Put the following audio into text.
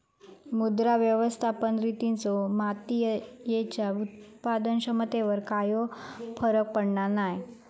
मृदा व्यवस्थापन रितींचो मातीयेच्या उत्पादन क्षमतेवर कायव फरक पडना नाय